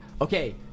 okay